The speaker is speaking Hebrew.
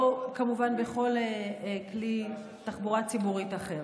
או כמובן בכל כלי תחבורה ציבורית אחר.